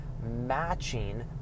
Matching